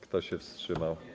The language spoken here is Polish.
Kto się wstrzymał?